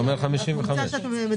זה אומר 55. הקבוצה עליה אתם מדברים,